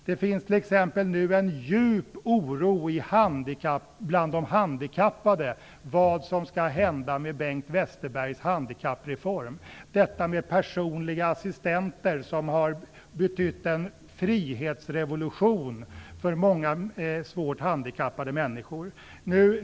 Det finns t.ex. en djup oro bland de handikappade för vad som skall hända med Bengt Westerbergs handikappreform. Systemet med de personliga assistenterna har betytt en frihetsrevolution för många svårt handikappade människor.